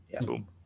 boom